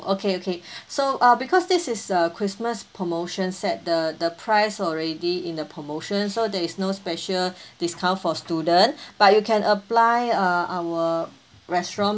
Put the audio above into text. okay okay so uh because this is a christmas promotion set the the price already in the promotion so there is no special discount for student but you can apply uh our restaurant